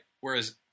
Whereas